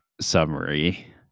summary